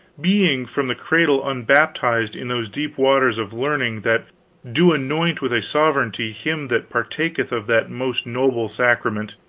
being from the cradle unbaptized in those deep waters of learning that do anoint with a sovereignty him that partaketh of that most noble sacrament,